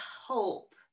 hope